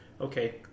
okay